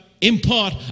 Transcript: import